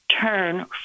turn